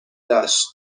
داشت